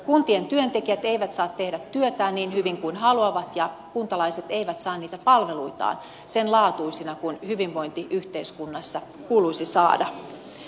kuntien työntekijät eivät saa tehdä työtään niin hyvin kuin haluavat ja kuntalaiset eivät saa niitä palveluitaan sen laatuisina kuin ne hyvinvointiyhteiskunnassa kuuluisi saada